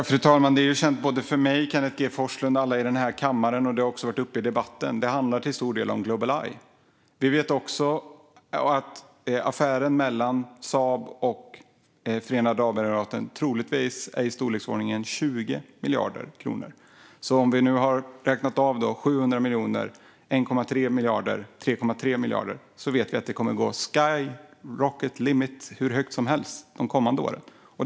Fru talman! Det är känt för mig, för Kenneth G Forslund och för alla i den här kammaren, och det har också varit uppe i debatten, att det till stor del handlar om Global Eye. Vi vet också att affären mellan Saab och Förenade Arabemiraten troligtvis är i storleksordningen 20 miljarder kronor, så om vi räknar av 700 miljoner, 1,3 miljarder och 3,3 miljarder vet vi att det kommer att gå hur högt som helst de kommande åren - the sky is the limit.